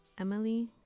Emily